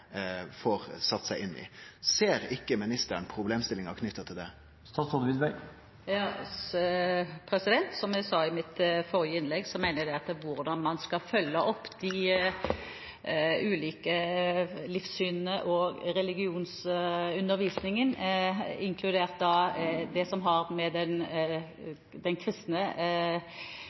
får sett seg inn i. Ser ikkje ministeren problemstillinga knytt til det? Som jeg sa i mitt forrige innlegg, mener jeg at når det gjelder hvordan man skal følge opp de ulike livssynene og religionsundervisningen, inkludert det som har med den kristne